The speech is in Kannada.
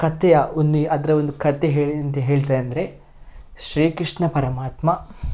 ಕಥೆಯ ಒಂದು ಅದರ ಒಂದು ಕತೆ ಹೇಳಿ ಎಂತ ಹೇಳ್ತಾರಂದರೆ ಶ್ರೀಕೃಷ್ಣ ಪರಮಾತ್ಮ